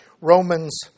Romans